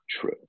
true